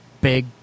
big